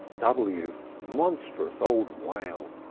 w! monstrous old whale!